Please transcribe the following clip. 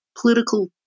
Political